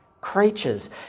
creatures